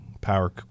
Power